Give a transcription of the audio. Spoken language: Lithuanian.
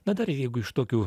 na dar ir jeigu iš tokių